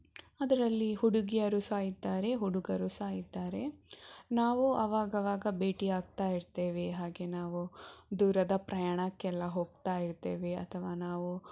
ಅದರಲ್ಲಿ ಹುಡುಗಿಯರು ಸಹ ಇದ್ದಾರೆ ಹುಡುಗರು ಸಹ ಇದ್ದಾರೆ ನಾವು ಆವಾಗವಾಗ ಭೇಟಿಯಾಗ್ತಾ ಇರ್ತೇವೆ ಹಾಗೆ ನಾವು ದೂರದ ಪ್ರಯಾಣಕ್ಕೆಲ್ಲ ಹೋಗ್ತಾ ಇರ್ತೇವೆ ಅಥವಾ ನಾವು